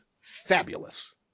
fabulous